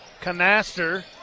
Canaster